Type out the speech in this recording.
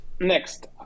Next